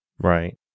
right